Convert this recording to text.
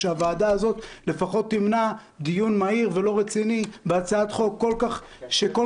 שהוועדה הזאת לפחות תמנע דיון מהיר ולא רציני בהצעת חוק שכל